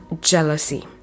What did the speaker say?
jealousy